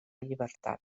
llibertat